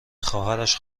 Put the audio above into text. خواهرش